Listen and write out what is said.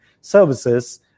services